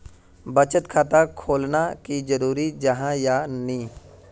बचत खाता खोलना की जरूरी जाहा या नी?